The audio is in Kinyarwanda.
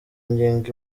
ngingo